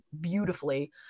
beautifully